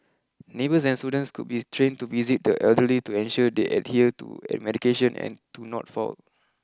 neighbours and students could be trained to visit the elderly to ensure they adhere to medication and do not fall